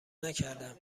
نکردم